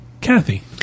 Kathy